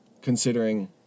Considering